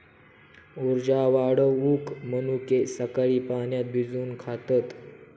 उर्जा वाढवूक मनुके सकाळी पाण्यात भिजवून खातत